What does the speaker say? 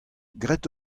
graet